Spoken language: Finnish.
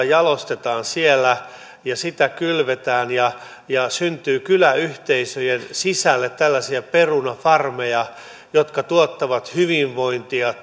jalostetaan siellä ja jota kylvetään ja ja syntyy kyläyhteisöjen sisälle tällaisia perunafarmeja jotka tuottavat hyvinvointia